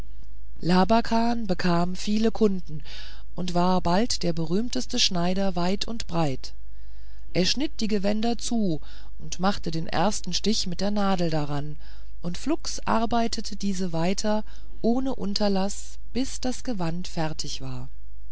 labakan bekam viele kunden und war bald der berühmteste schneider weit und breit er schnitt die gewänder zu und machte den ersten stich mit der nadel daran und flugs arbeitete diese weiter ohne unterlaß bis das gewand fertig war